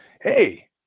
hey